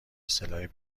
سلاح